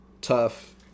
tough